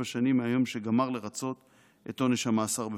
שנים מהיום שגמר לרצות את עונש המאסר בפועל,